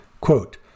quote